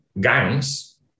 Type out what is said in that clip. gangs